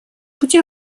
пути